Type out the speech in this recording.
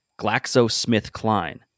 GlaxoSmithKline